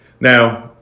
now